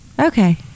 Okay